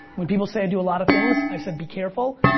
when people say i do a lot of things, i said be careful.